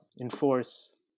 enforce